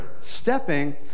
stepping